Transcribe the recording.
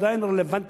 שהם עדיין רלוונטיים.